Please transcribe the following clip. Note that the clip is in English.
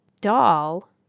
doll